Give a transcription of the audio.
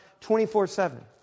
24-7